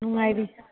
ꯅꯨꯡꯉꯥꯏꯔꯤ